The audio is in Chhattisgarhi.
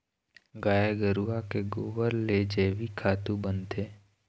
गाय गरूवा के गोबर ले जइविक खातू बनथे